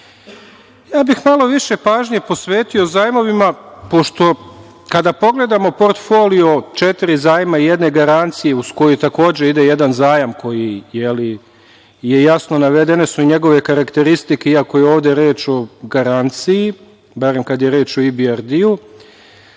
bih malo više pažnje posvetio zajmovima, pošto kada pogledamo portfolio četiri zajma i jedne garancije, uz koju takođe ide jedan zajam koji je jasno naveden, kao i njegove karakteristike, iako je ovde reč o garanciji, barem kad je reč o IBRD,